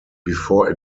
before